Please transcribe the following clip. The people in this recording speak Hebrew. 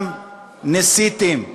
גם ניסיתם.